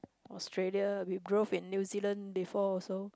Australia we drove in New-Zealand before also